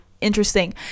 interesting